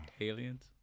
aliens